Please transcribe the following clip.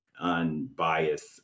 unbiased